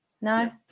no